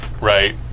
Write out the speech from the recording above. right